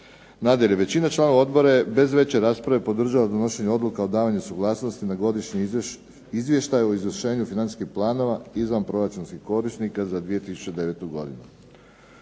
Nadalje, većina članova odbora je bez veće rasprave podržala donošenje odluke o davanju suglasnosti na godišnji izvještaj o izvršenju financijskih planova izvanproračunskih korisnika za 2009. godinu.